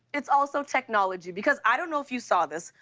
it's also technology, because i don't know if you saw this,